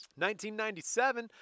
1997